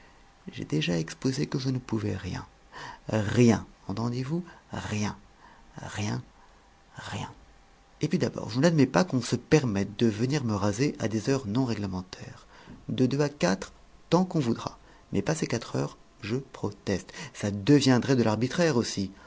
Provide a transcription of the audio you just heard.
j'ai déjà exposé que je ne pouvais rien rien entendez-vous rien rien rien et puis d'abord je n'admets pas qu'on se permette de venir me raser à des heures non réglementaires de deux à quatre tant qu'on voudra mais passé quatre heures je proteste ça deviendrait de l'arbitraire aussi